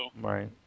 Right